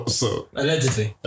Allegedly